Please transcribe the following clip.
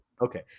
Okay